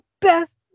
best